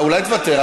אולי תוותר?